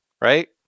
Right